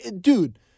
dude